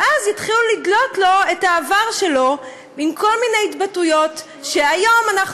ואז יתחילו לדלות לו מהעבר שלו כל מיני התבטאויות שהיום אנחנו